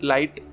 Light